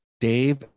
Dave